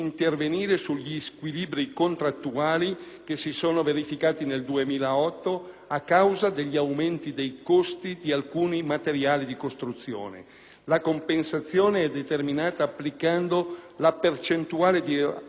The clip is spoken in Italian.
a causa degli aumenti dei costi di alcuni materiali di costruzione. La compensazione è determinata applicando la percentuale di variazione che eccede l'8 per cento al prezzo dei singoli materiali da costruzione